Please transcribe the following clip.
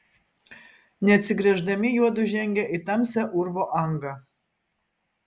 neatsigręždami juodu žengė į tamsią urvo angą